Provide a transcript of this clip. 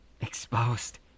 exposed